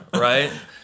right